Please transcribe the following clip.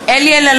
(קוראת בשמות חברי הכנסת) אלי אלאלוף,